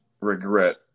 regret